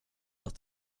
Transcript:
att